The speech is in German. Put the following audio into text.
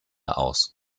aus